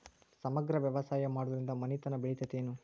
ಸಮಗ್ರ ವ್ಯವಸಾಯ ಮಾಡುದ್ರಿಂದ ಮನಿತನ ಬೇಳಿತೈತೇನು?